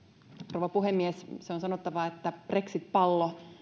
rouva puhemies se on sanottava että brexit pallo